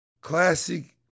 classic